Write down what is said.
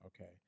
Okay